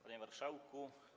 Panie Marszałku!